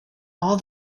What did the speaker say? all